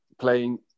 playing